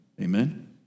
Amen